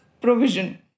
provision